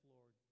Lord